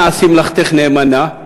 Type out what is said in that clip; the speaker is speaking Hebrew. אנא עשי מלאכתך נאמנה,